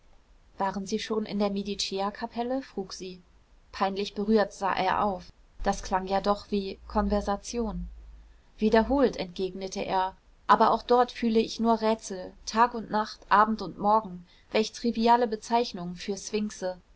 waren sie schon in der mediceerkapelle frug sie peinlich berührt sah er auf das klang ja doch wie konversation wiederholt entgegnete er aber auch dort fühle ich nur rätsel tag und nacht abend und morgen welch triviale bezeichnungen für